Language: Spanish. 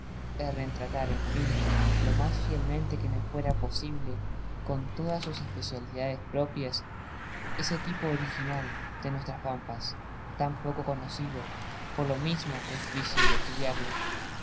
retratar en fin lo más fielmente que me fuera posible con todas sus especialidades propias ese tipo original de nuestras pampas tan poco conocido por lo mismo que es difícil estudiarlo